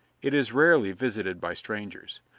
it is rarely visited by strangers.